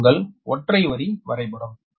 இது உங்கள் ஒற்றை வரி வரைபடம்